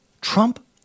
Trump